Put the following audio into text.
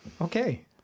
Okay